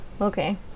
Okay